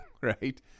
right